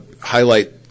highlight